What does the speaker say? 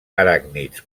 aràcnids